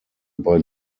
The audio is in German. bei